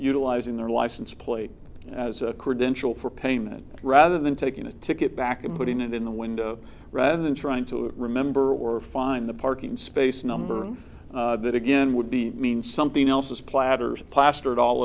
utilizing their license plate as a credential for payment rather than taking a ticket back and putting it in the window rather than trying to remember or find the parking space number that again would be mean something else is platters plastered all